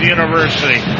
University